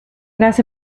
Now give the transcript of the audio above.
las